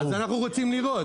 אז אנחנו רוצים לראות.